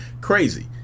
crazy